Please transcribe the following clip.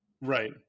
Right